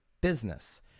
business